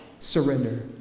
Surrender